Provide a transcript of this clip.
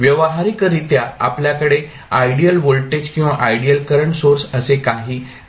व्यावहारिकरित्या आपल्याकडे ideal voltage किंवा आयडियल करंट सोर्स असे काही नाही